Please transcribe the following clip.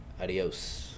Adios